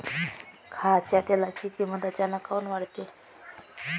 खाच्या तेलाची किमत अचानक काऊन वाढते?